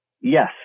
yes